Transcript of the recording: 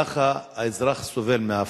ככה האזרח סובל מההפרטה,